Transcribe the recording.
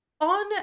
on